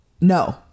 No